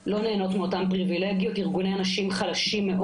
אני רואה את האנשים ברחובות.